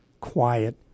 quiet